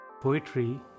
Poetry